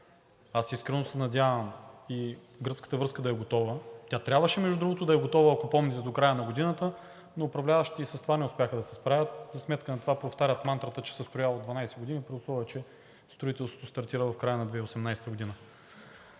Аз искрено се надявам и гръцката връзка да е готова. Тя трябваше, между другото, да е готова, ако помните, до края на годината, но управляващите и с това не успяха да се справят. За сметка на това повтарят мантрата, че се строяла 12 години, при условие че строителството стартира в края на 2018 г.